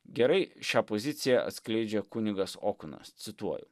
gerai šią poziciją atskleidžia kunigas okunas cituoju